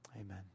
amen